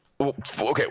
Okay